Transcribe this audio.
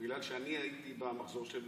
בגלל שאני הייתי במחזור של